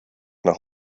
nach